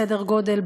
סדר גודל,